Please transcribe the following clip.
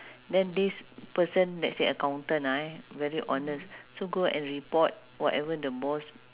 then this person let's say accountant ah very honest so go and report whatever the boss